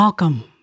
Welcome